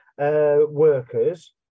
workers